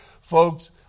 Folks